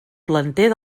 planter